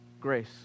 grace